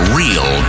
real